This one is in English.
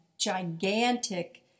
gigantic